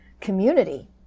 community